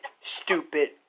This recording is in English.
stupid